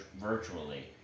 virtually